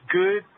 good